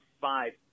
five